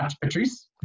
Patrice